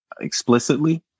Explicitly